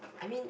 I mean